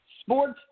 Sports